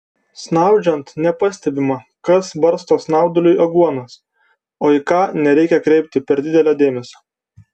snaudžiant nepastebima kas barsto snauduliui aguonas o į ką nereikia kreipti per didelio dėmesio